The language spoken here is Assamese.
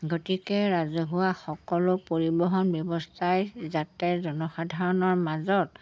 গতিকে ৰাজহুৱা সকলো পৰিবহণ ব্যৱস্থাই যাতে জনসাধাৰণৰ মাজত